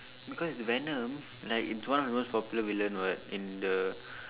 because it's venom like it's one of the most popular villain what in the